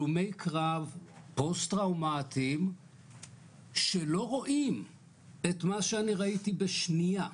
הלומי קרב פוסט טראומטיים שלא רואים את מה שאני ראיתי בשנייה,